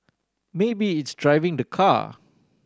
maybe it's driving the car